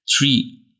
Three